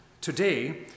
Today